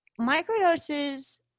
microdoses